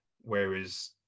whereas